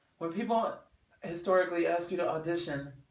what people historically asked you to audition